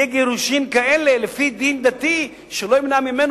יהיו גירושים כאלה לפי דין דתי שלא ימנע ממנו